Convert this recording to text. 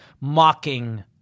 mocking